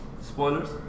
Spoilers